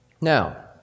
Now